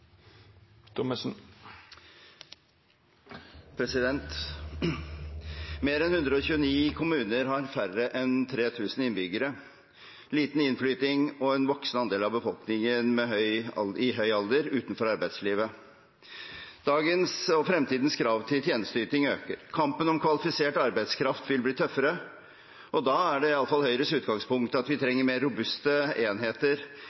Mer enn 129 kommuner har færre enn 3 000 innbyggere, liten innflytting og en voksende andel av befolkningen i høy alder, utenfor arbeidslivet. Dagens og fremtidens krav til tjenesteyting øker. Kampen om kvalifisert arbeidskraft vil bli tøffere, og da er det iallfall Høyres utgangspunkt at vi trenger mer robuste enheter